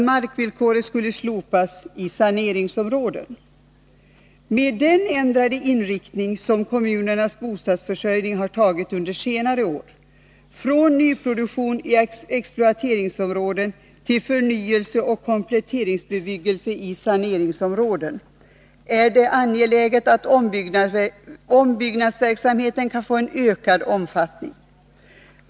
Med den ändrade inriktning som kommunernas bostadsförsörjning har tagit under senare år — från nyproduktion i exploateringsområden till förnyelseoch kompletteringsbebyggelse i saneringsområden — är det angeläget att ombyggnadsverksamheten kan få en ökad omfattning.